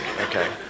okay